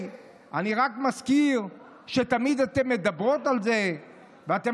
אני רק מזכיר שתמיד אתן מדברות על זה ואתן